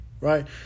Right